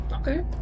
Okay